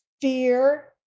fear